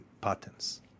patterns